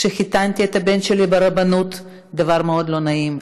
כשחיתנתי את הבן שלי ברבנות, דבר מאוד לא נעים.